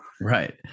Right